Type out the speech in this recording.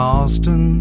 Austin